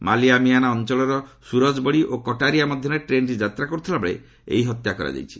ମାଲିୟା ମିୟାନା ଅଞ୍ଚଳର ସୁରଜବଡି ଓ କଟାରିଆ ମଧ୍ୟରେ ଟ୍ରେନ୍ଟି ଯାତ୍ରା କରୁଥିବାବେଳେ ଏହି ହତ୍ୟା କରାଯାଇଛି